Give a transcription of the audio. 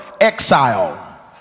exile